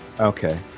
Okay